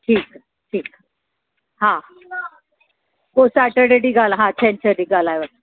ठीकु आहे ठीकु आहे हा पोइ सेटर्डे ॾींहुं ॻाल्हि हा छंछर जे ॾींहुं ॻाल्हाए वठु